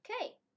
Okay